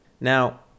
Now